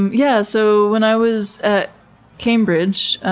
yeah so when i was at cambridge.